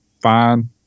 fine